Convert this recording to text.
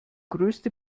größte